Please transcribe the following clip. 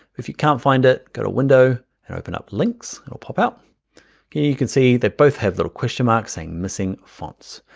if you can't find it, go to window, and open up links and it will pop up. here you can see they both have little question marks saying missing fonts.